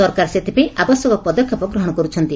ସରକାର ସେଥିପାଇଁ ଆବଶ୍ୟକ ପଦକ୍ଷେପ ଗ୍ରହଶ କରୁଛନ୍ତି